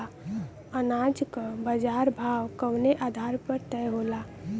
अनाज क बाजार भाव कवने आधार पर तय होला?